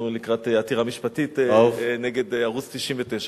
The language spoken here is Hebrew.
אנחנו לקראת עתירה משפטית נגד ערוץ-99.